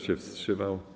się wstrzymał?